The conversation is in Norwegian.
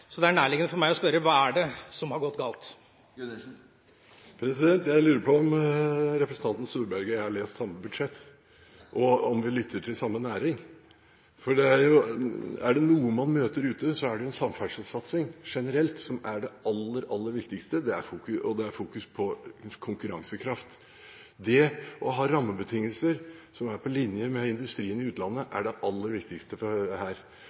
Så det er nærliggende for meg å spørre: Hva er det som har gått galt? Jeg lurer på om representanten Storberget og jeg har lest samme budsjett, og om vi lytter til samme næring, for er det noe man møter ute, er det jo at det er en samferdselssatsing generelt som er det aller, aller viktigste. Og det er fokus på konkurransekraft. Det å ha rammebetingelser som er på linje med industrien i utlandet, er det aller viktigste her.